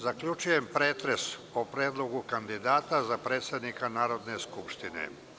Zaključujem pretres po predlogu kandidata za predsednika Narodne skupštine.